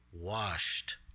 washed